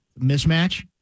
Mismatch